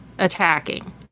attacking